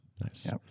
Nice